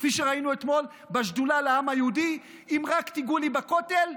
כפי שראינו אתמול בשדולה לעם היהודי: אם רק תגעו לי בכותל,